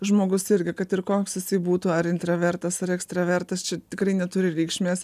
žmogus irgi kad ir koks jisai būtų ar intravertas ar ekstravertas čia tikrai neturi reikšmės